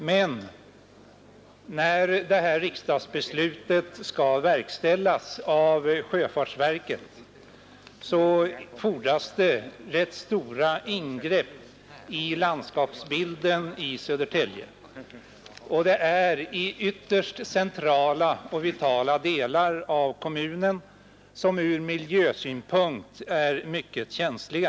Men när detta riksdagsbeslut skall verkställas av sjöfartsverket, fordras rätt stora ingrepp i landskapsbilden i Södertälje, i ytterst centrala och vitala delar av kommunen som ur miljösynpunkt är mycket känsliga.